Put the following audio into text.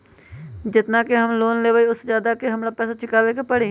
जेतना के हम लोन लेबई ओ से ज्यादा के हमरा पैसा चुकाबे के परी?